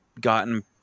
gotten